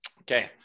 Okay